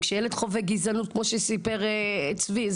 כשהילד חווה גזענות כמו שסיפר צבי,